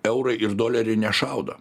eurai ir doleriai nešaudo